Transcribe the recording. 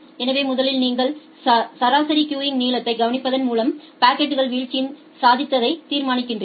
எனவே முதலில் நீங்கள் சராசரி கியூங் நீளத்தைக் கவனிப்பதன் மூலம் பாக்கெட்கள் வீழ்ச்சியின் சாத்தியத்தை தீர்மானிக்கிறீர்கள்